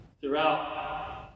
throughout